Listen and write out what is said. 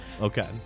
Okay